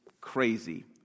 crazy